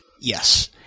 Yes